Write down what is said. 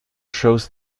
shows